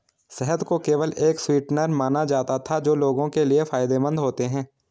शहद को केवल एक स्वीटनर माना जाता था जो लोगों के लिए फायदेमंद होते हैं